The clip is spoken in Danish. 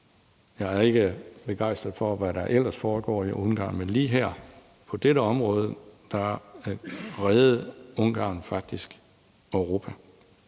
er jeg ikke begejstret for, hvad der ellers foregår i Ungarn, men lige her på dette område reddede Ungarn faktisk Europa.